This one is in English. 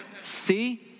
see